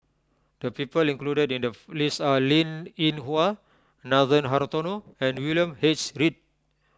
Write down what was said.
the people included in the list are Linn in Hua Nathan Hartono and William H Read